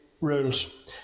rules